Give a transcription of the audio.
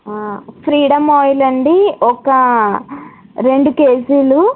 freedom oil అండీ ఒక రెండు కేజీలు